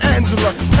Angela